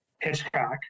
hitchcock